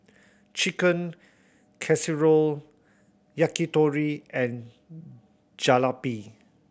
Chicken Casserole Yakitori and Jalebi